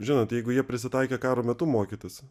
žinot jeigu jie prisitaikė karo metu mokytis